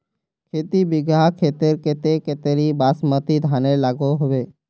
खेती बिगहा खेतेर केते कतेरी बासमती धानेर लागोहो होबे?